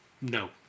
no